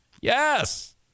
Yes